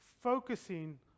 focusing